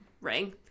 Ring